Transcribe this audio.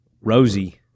Rosie